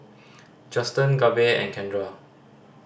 Juston Gabe and Kendra